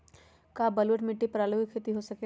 का बलूअट मिट्टी पर आलू के खेती हो सकेला?